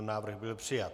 Návrh byl přijat.